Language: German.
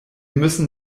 müssten